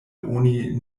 oni